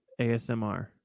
ASMR